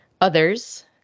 others